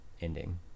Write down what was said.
ending